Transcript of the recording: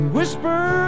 Whisper